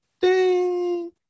ding